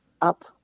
up